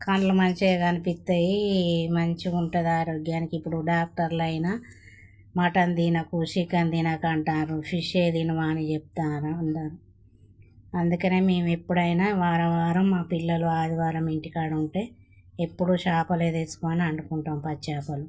కళ్ళు మంచిగా కనిపిస్తాయి ఉంటాయి ఆరోగ్యానికి ఇప్పుడు డాక్టర్లు అయినా మటన్ దినకు చికెన్ దినకు అంటారు ఫిష్ దినమని చెప్తారు అందరు అందుకనే మేమెప్పుడైనా వారం వారం మా పిల్లలు ఆదివారం ఇంటికాడ ఉంటే ఎప్పుడూ చేపలే తెచ్చుకుని వండుకుంటాం పచ్చి చేపలు